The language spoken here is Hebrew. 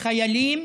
חיילים